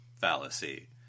fallacy